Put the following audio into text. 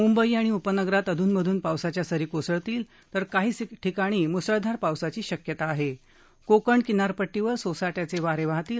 मुंबई आणि उपनगरात अधूनमधून पावसाच्या सरी कोसळतील तर काही ठिकाणी मुसळधार पावसाची शक्यता आहे कोकण किनारपट्टीवर सोसाट्याचे वारे वाहतील